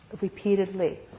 repeatedly